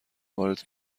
وارد